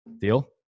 Deal